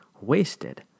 wasted